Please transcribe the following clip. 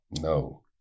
No